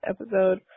episode